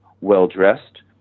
well-dressed